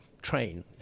Train